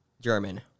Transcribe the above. German